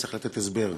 צריך לתת הסבר.